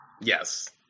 Yes